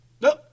Nope